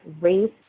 race